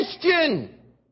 question